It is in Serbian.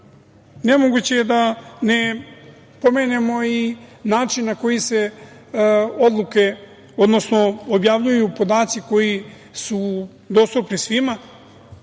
svima. Nemoguće je da ne pomenem moj način na koji se odluke, odnosno, objavljuju podaci koji su dostupni svima.